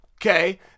okay